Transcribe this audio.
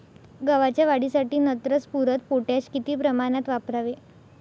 गव्हाच्या वाढीसाठी नत्र, स्फुरद, पोटॅश किती प्रमाणात वापरावे?